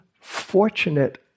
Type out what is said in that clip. Fortunate